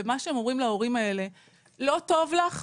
ומה שהם אומרים להורים האלה 'לא טוב לך,